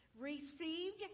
Received